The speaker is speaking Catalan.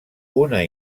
una